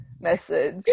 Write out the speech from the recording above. message